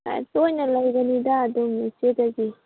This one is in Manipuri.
ꯇꯣꯏꯅ ꯂꯩꯕꯅꯤꯗ ꯑꯗꯨꯝ ꯏꯆꯦꯗꯒꯤ